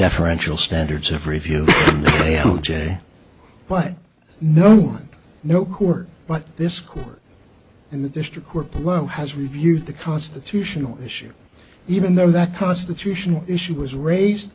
deferential standards of review but no one no court but this court in the district court below has reviewed the constitutional issue even though that constitutional issue was raised